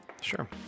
Sure